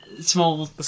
small